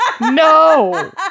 No